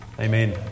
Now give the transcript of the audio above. Amen